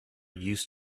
used